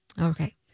Okay